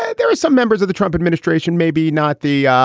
there are some members of the trump administration, maybe not the,